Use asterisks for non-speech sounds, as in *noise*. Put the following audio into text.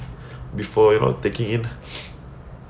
before you know taking in *noise*